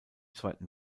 zweiten